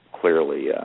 clearly